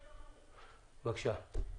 בבקשה.